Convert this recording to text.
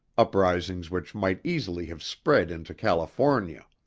uprisings which might easily have spread into california.